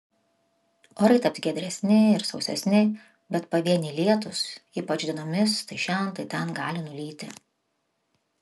orai taps giedresni ir sausesni bet pavieniai lietūs ypač dienomis tai šen tai ten gali nulyti